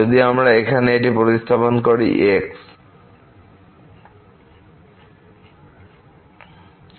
যদি আমরা এখানে এটি প্রতিস্থাপন করি x